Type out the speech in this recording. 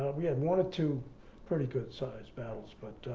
we had one or two pretty good sized battles but